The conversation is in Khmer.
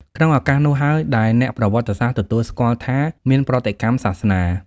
ក្នុងឱកាសនោះហើយដែលអ្នកប្រវត្តិសាស្ត្រទទួលស្គាល់ថាមាន ប្រតិកម្មសាសនា។